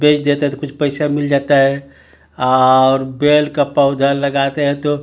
बेच देते ए तो कुछ पैसा मिल जाता है और बैल का पौधा लगाते हैं तो